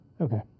Okay